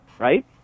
Right